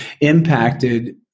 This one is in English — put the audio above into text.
impacted